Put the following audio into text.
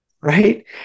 right